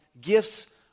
Gifts